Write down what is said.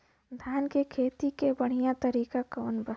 धान के खेती के बढ़ियां तरीका कवन बा?